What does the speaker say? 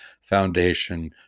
foundation